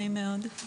נעים מאוד,